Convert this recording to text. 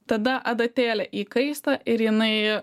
tada adatėlė įkaista ir jinai